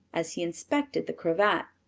as he inspected the cravat.